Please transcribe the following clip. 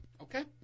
Okay